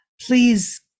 please